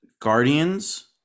Guardians